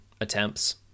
attempts